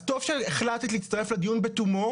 אז טוב שהחלטת להצטרף לדיון בתומו.